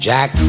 Jack